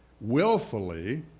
willfully